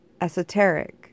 Esoteric